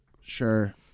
Sure